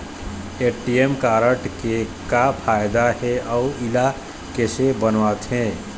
ATM card के का फायदा हे अऊ इला कैसे बनवाथे?